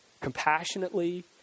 compassionately